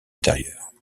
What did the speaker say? intérieurs